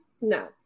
No